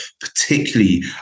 particularly